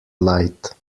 light